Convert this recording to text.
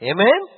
Amen